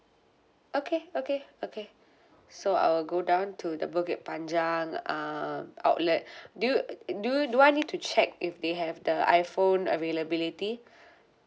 okay okay okay so I will go down to the bukit panjang um outlet do you do you do I need to check if they have the iPhone availability